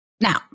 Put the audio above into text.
Now